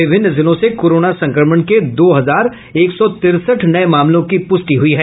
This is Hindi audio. विभिन्न जिलों से कोरोना संक्रमण के दो हजार एक सौ तिरसठ नये मामलों की पुष्टि हुई है